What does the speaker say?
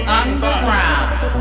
underground